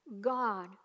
God